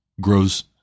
grows